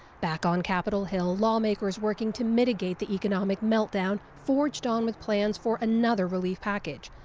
back on capitol hill, lawmakers working to mitigate the economic meltdown forged on with plans for another relief package.